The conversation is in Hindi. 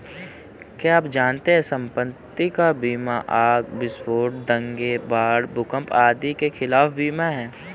क्या आप जानते है संपत्ति का बीमा आग, विस्फोट, दंगे, बाढ़, भूकंप आदि के खिलाफ बीमा है?